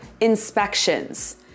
inspections